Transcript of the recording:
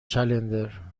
چندلر